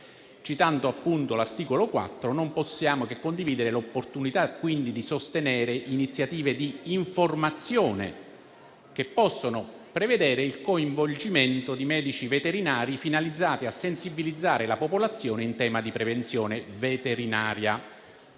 Citando l'articolo 4, non possiamo che condividere l'opportunità di sostenere iniziative di informazione, che possono prevedere il coinvolgimento di medici veterinari, finalizzate a sensibilizzare la popolazione in tema di prevenzione veterinaria.